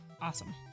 awesome